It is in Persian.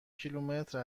کیلومتر